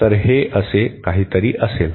तर हे असे काहीतरी असेल